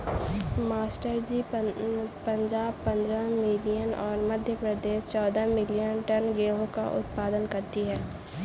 master ji Punjab पंद्रह million और मध्य प्रदेश चौदह मिलीयन टन गेहूं का उत्पादन करती है